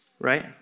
right